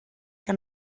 que